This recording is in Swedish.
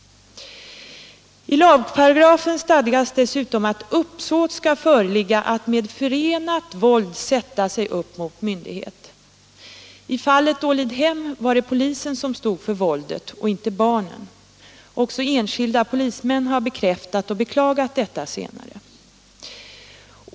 I lagparagrafen stadgas dessutom att uppsåt skall föreligga att med förenat våld sätta sig upp mot myndigheten. I fallet Ålidhem var det polisen som stod för våldet och inte barnen. Också enskilda polismän har bekräftat och beklagat detta senare.